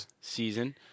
season